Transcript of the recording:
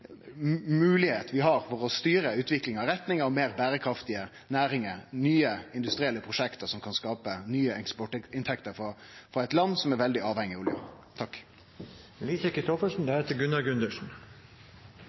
vi har for å styre utviklinga i retning av meir berekraftige næringar, nye industrielle prosjekt som kan skape nye eksportinntekter for eit land som er veldig avhengig av olje.